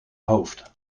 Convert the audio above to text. hoofd